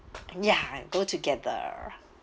ya go together